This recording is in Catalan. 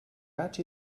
gats